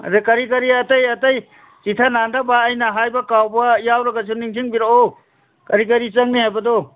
ꯑꯗꯒꯤ ꯀꯔꯤ ꯀꯔꯤ ꯑꯇꯩ ꯑꯇꯩ ꯆꯤꯠꯊ ꯅꯥꯟꯗꯕ ꯑꯩꯅ ꯍꯥꯏꯕ ꯀꯥꯎꯕ ꯌꯥꯎꯔꯒꯁꯨ ꯅꯤꯡꯁꯤꯡꯕꯤꯔꯛꯑꯣ ꯀꯔꯤ ꯀꯔꯤ ꯆꯪꯅꯤ ꯍꯥꯏꯕꯗꯣ